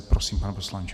Prosím, pane poslanče.